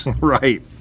Right